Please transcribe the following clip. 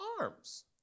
arms